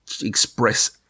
express